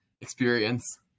experience